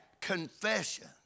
confession